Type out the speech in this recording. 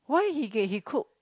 why he get he cook